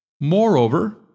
Moreover